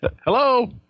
Hello